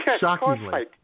Shockingly